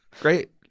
Great